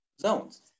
zones